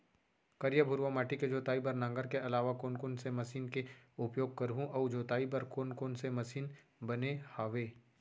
करिया, भुरवा माटी के जोताई बर नांगर के अलावा कोन कोन से मशीन के उपयोग करहुं अऊ जोताई बर कोन कोन से मशीन बने हावे?